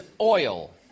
oil